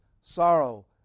sorrow